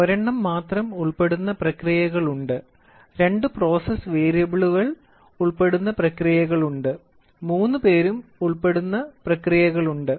അതിൽ ഒരെണ്ണം മാത്രം ഉൾപ്പെടുന്ന പ്രക്രിയകളുണ്ട് രണ്ട് പ്രോസസ്സ് വേരിയബിളുകൾ ഉൾപ്പെടുന്ന പ്രക്രിയകളുണ്ട് മൂന്ന് പേരും ഉൾപ്പെടുന്ന പ്രക്രിയകളുണ്ട്